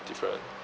different